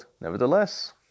nevertheless